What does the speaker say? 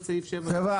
חבר'ה,